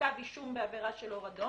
כשמדובר בעבירה של קנס,